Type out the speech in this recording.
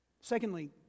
Secondly